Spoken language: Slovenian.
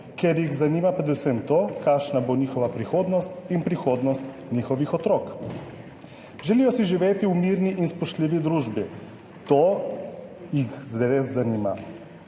ker jih zanima predvsem to, kakšna bo njihova prihodnost in prihodnost njihovih otrok. Želijo si živeti v mirni in spoštljivi družbi, to jih zares zanima.